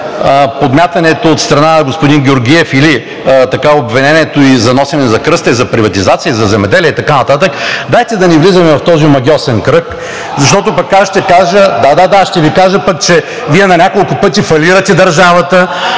подмятането от страна на господин Георгиев или обвинението за носене на кръста и за приватизация, и за земеделие, и така нататък, дайте да не влизаме в този омагьосан кръг, защото аз ще кажа, да, да, ще Ви кажа, че на няколко пъти фалирате държавата,